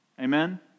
Amen